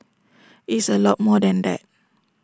IT is A lot more than that